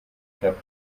kept